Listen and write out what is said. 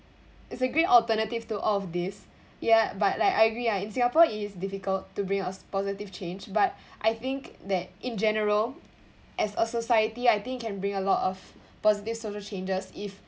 it's a great alternative to all of this ya but I I agree in singapore it's difficult to bring us positive change but I think that in general as a society I think can bring a lot of positive social changes if